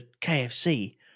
KFC